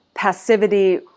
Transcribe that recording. passivity